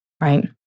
right